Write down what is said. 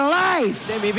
life